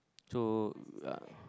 so uh